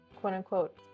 quote-unquote